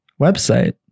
website